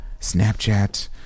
Snapchat